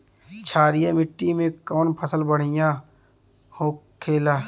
क्षारीय मिट्टी में कौन फसल बढ़ियां हो खेला?